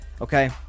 okay